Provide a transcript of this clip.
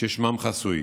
ששמם חסוי.